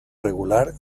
regular